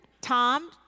Tom